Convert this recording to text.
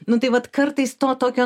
nu tai vat kartais to tokio